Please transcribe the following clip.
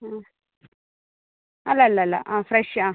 ആ അല്ല അല്ല അല്ല ആ ഫ്രഷ് ആ